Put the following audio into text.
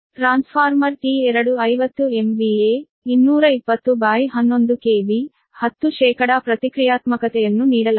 transformer T2 50 MVA 22011 KV 10 ಪ್ರತಿಕ್ರಿಯಾತ್ಮಕತೆಯನ್ನು ನೀಡಲಾಗಿದೆ